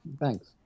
thanks